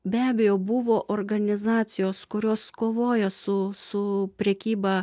be abejo buvo organizacijos kurios kovojo su su prekyba